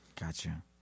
Gotcha